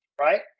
right